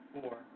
Four